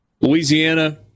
Louisiana